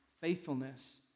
faithfulness